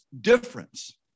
difference